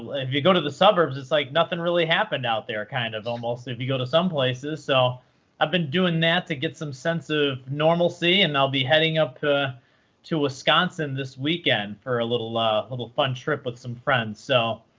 and if you go to the suburbs, it's like nothing really happened out there kind of almost, if you go to some places. so i've been doing that to get some sense of normalcy and i'll be heading up to to wisconsin this weekend for a little ah little fun trip with some friends. so